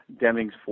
Deming's